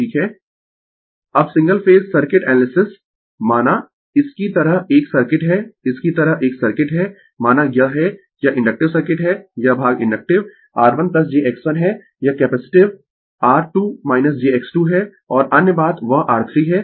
Refer Slide Time 3208 अब single phase circuit analysis माना इसकी तरह एक सर्किट है इसकी तरह एक सर्किट है माना यह है यह इंडक्टिव सर्किट है यह भाग इंडक्टिव R1 jX1 है यह कैपेसिटिव R2 jX2 है और अन्य बात वह R3 है